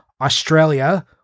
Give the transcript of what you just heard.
Australia